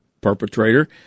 perpetrator